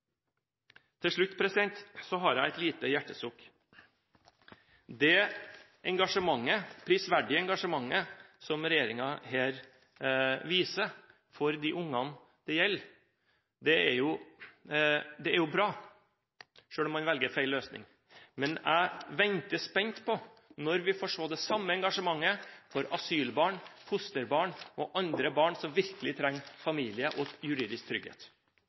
Til slutt har jeg et lite hjertesukk. Det prisverdige engasjementet som regjeringen her viser for de ungene det gjelder, er bra – selv om man velger feil løsning. Men jeg venter spent på at vi får se det samme engasjementet for asylbarn, fosterbarn og andre barn, som virkelig trenger familie og juridisk trygghet.